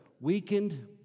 weakened